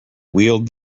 wheeled